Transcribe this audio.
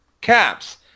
caps